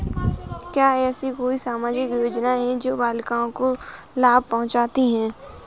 क्या ऐसी कोई सामाजिक योजनाएँ हैं जो बालिकाओं को लाभ पहुँचाती हैं?